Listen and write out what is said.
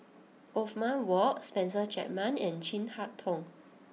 Othman Wok Spencer Chapman and Chin Harn Tong